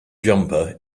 jumper